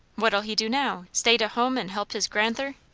what'll he do now? stay to hum and help his gran'ther?